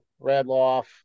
Radloff